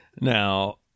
Now